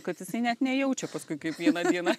kad jisai net nejaučia paskui kaip vieną dieną